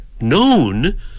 known